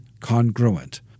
congruent